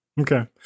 Okay